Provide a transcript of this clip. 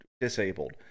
disabled